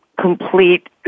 complete